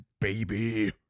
baby